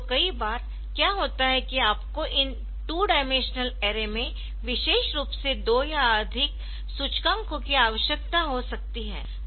तो कई बार क्या होता है कि आपको इन 2 डाइमेंशनल अरे में विशेष रूप से दो या अधिक सूचकांकों की आवश्यकता हो सकती है